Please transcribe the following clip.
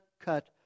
cut